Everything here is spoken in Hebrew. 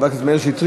חבר הכנסת שטרית,